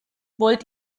wollt